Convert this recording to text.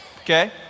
Okay